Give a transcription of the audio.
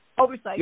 Oversight